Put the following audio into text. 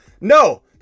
no